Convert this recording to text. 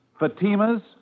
Fatima's